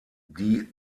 die